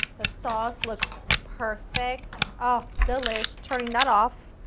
the sauce looks perfect. oh, delicious! turning that off.